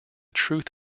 truth